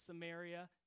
Samaria